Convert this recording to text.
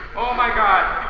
oh, my god.